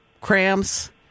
cramps